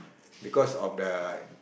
because of the